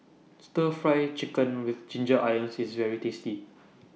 Stir Fry Chicken with Ginger Onions IS very tasty